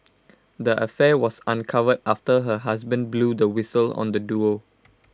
the affair was uncovered after her husband blew the whistle on the duo